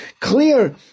clear